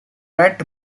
rat